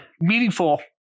meaningful